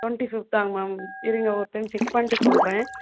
twenty ஃபிஃப்த்தா ma'am இருங்க ஒரு டைம் செக் பண்ணிவிட்டு சொல்கிறேன்